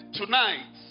tonight